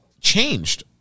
changed